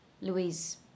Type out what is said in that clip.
Louise